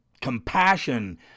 compassion